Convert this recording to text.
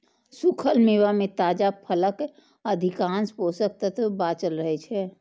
सूखल मेवा मे ताजा फलक अधिकांश पोषक तत्व बांचल रहै छै